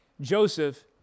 Joseph